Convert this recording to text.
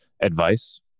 advice